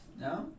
No